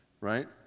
right